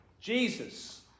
Jesus